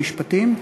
המשפטים,